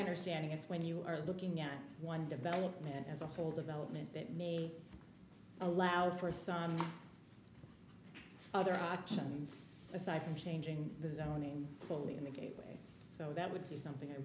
understanding it's when you are looking at one development as a whole development that maybe allow for some other options aside from changing the zoning fully in the gateway so that would be something